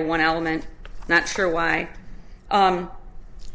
to one element not sure why